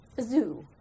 Zoo